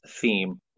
theme